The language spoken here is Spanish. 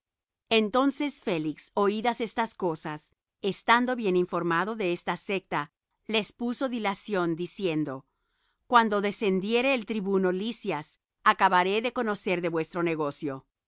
entonces félix oídas estas cosas estando bien informado de esta secta les puso dilación diciendo cuando descendiere el tribuno lisias acabaré de conocer de vuestro negocio y